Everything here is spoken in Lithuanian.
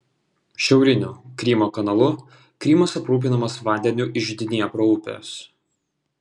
šiauriniu krymo kanalu krymas aprūpinamas vandeniu iš dniepro upės